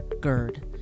GERD